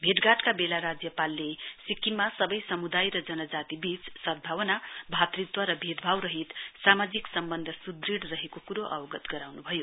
भेटघाट बेला राज्यपालले सिक्किममा सबै समुदय र जनजातिबीच सद्भभावनाभातृत्व र भेदभावरहित सामाजिक सम्बन्ध स्दृढ़ रहेको क्रो अवगत गराउन्भयो